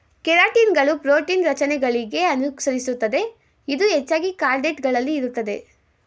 ಕೆರಾಟಿನ್ಗಳು ಪ್ರೋಟೀನ್ ರಚನೆಗಳಿಗೆ ಅನುಸರಿಸುತ್ತದೆ ಇದು ಹೆಚ್ಚಾಗಿ ಕಾರ್ಡೇಟ್ ಗಳಲ್ಲಿ ಇರ್ತದೆ